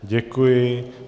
Děkuji.